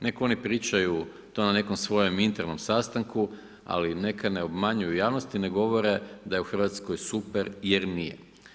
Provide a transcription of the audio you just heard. Nek oni pričaju to na nekom svojem internom sastanku, ali neka ne obmanjuju javnost i ne govore da je u Hrvatskoj super, jer nije.